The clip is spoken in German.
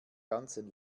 ganzen